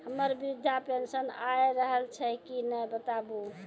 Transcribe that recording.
हमर वृद्धा पेंशन आय रहल छै कि नैय बताबू?